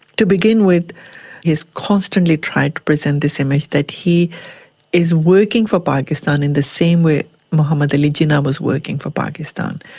to begin with he has constantly tried to present this image that he is working for pakistan in the same way muhammad ali jinnah was working for pakistan.